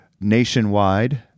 nationwide